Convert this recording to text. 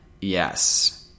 Yes